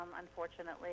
unfortunately